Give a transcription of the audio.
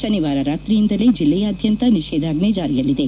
ಶನಿವಾರ ರಾತ್ರಿಯಿಂದಲೇ ಜಿಲ್ಲೆಯಾದ್ಯಂತ ನಿ ೇಧಾಜ್ಜೆ ಜಾರಿಯಲ್ಲಿದೆ